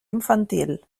infantil